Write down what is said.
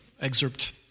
excerpt